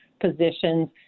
positions